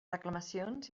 reclamacions